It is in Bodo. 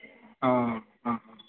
औ औ